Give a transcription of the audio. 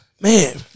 Man